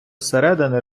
середини